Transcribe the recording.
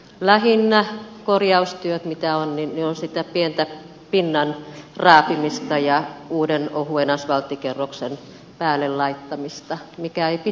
lähinnä ne korjaustyöt mitä on ovat sitä pientä pinnan raapimista ja uuden ohuen asvalttikerroksen päälle laittamista mikä ei pitkään kestä